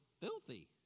filthy